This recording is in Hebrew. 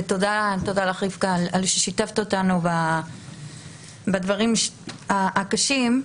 ותודה לך רבקה על ששיתפת אותנו בדברים הקשים.